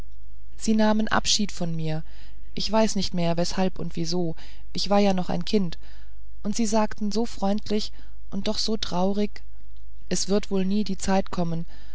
sie nahmen abschied von mir ich weiß nicht mehr weshalb und wieso ich war ja noch ein kind und sie sagten so freundlich und doch so traurig es wird wohl nie die zeit kommen